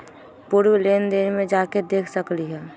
पूर्व लेन देन में जाके देखसकली ह?